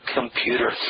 computer